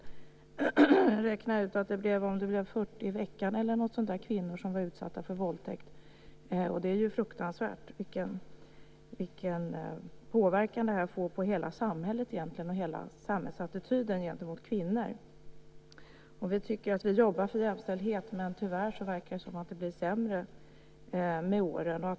Jag har räknat ut att det är 40 kvinnor i veckan, eller något sådant, som blir utsatta för våldtäkt. Det får en fruktansvärd påverkan på egentligen hela samhället. Det gäller också hela samhällsattityden till kvinnor. Vi tycker att vi jobbar för jämställdhet. Men det verkar, tyvärr, bli sämre med åren.